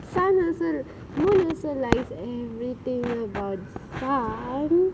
sun also moon also likes everything about sun